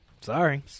Sorry